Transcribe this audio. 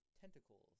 tentacles